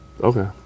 Okay